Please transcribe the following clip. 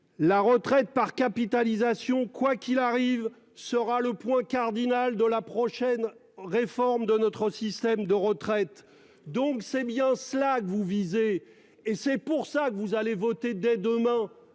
La retraite par capitalisation. Quoi qu'il arrive, sera le point cardinal de la prochaine réforme de notre système de retraite. Donc, c'est bien cela que vous visez. Et c'est pour ça que vous allez voter dès demain